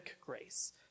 grace